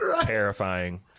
Terrifying